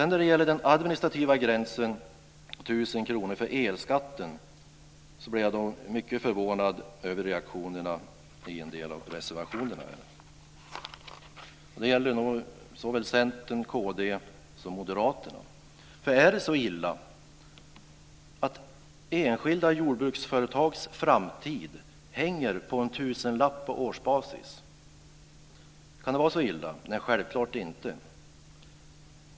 När de gäller den administrativa gränsen 1 000 kr för elskatten blir jag mycket förvånad över reaktionerna i en del av reservationerna. Det gäller Centern, Kristdemokraterna och Moderaterna. Är det så illa att enskilda jordbruksföretags framtid hänger på en tusenlapp på årsbasis? Kan det vara så illa? Nej, självklart inte.